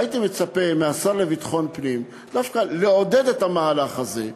הייתי מצפה מהשר לביטחון פנים דווקא לעודד את המהלך הזה,